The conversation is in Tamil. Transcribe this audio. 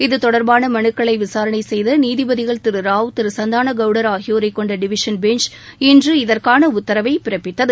இத்தொடர்பான மனுக்களை விசாரணை செய்த நீதிபதிகள் திரு சாவ் திரு சான்தனகவுடர் ஆகியோரைக்கொண்ட டிவிஷன் பெஞ்ச் இன்று இதற்கான உத்தரவை பிறப்பித்தது